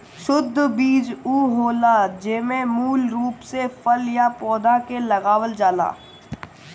शुद्ध बीज उ होला जेमे मूल रूप से फल या पौधा के लगावल जाला